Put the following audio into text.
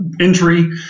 entry